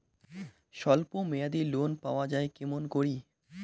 স্বল্প মেয়াদি লোন পাওয়া যায় কেমন করি?